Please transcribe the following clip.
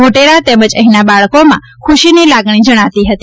મોટેરા તેમજ અહીંના બાળકોમાં ખુશીની લાગણી જણાતી હતી